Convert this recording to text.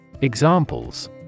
Examples